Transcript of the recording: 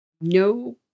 no